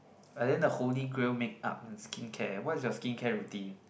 but then the holy grail makeup in skincare what's your skincare routine